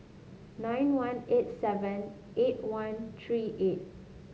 nine one eight seven eight one three eight